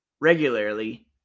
regularly